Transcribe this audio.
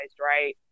right